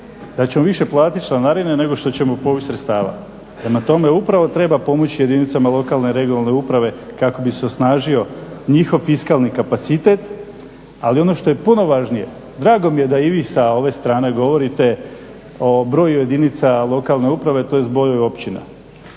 da ćemo više platiti članarine nego što ćemo povući sredstava, prema tome upravo treba pomoći jedinicama lokalne i regionalne uprave kako bi se osnažio njihov fiskalni kapacitet, ali ono što je puno važnije, drago mi je da i vi sa ove strane govorite o broju jedinica lokalne uprave, to je zbroj općina.